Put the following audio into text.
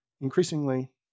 increasingly